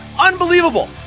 Unbelievable